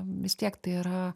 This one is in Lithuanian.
vis tiek tai yra